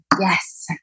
Yes